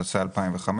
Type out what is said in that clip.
התשס"ה-2005,